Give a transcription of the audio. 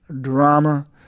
drama